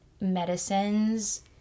medicines